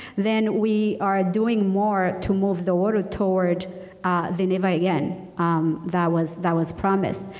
then we are doing more to move the world toward the never again that was that was promised.